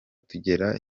gutera